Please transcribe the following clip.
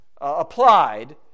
applied